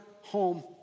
home